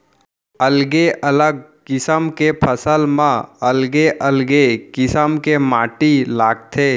अलगे अलग किसम के फसल म अलगे अलगे किसम के माटी लागथे